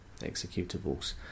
executables